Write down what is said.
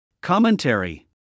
Commentary